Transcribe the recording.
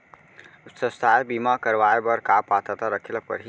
स्वास्थ्य बीमा करवाय बर का पात्रता रखे ल परही?